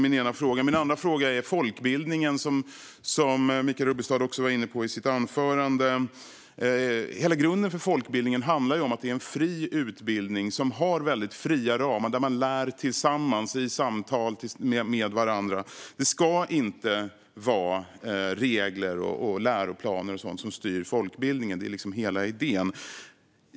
Min andra fråga gäller folkbildningen, som Michael Rubbestad var inne på i sitt anförande. Hela grunden för folkbildningen är ju att det är en fri utbildning som har väldigt fria ramar. Man lär tillsammans i samtal med varandra. Det ska inte vara regler och läroplaner och sådant som styr folkbildningen. Det är liksom hela idén.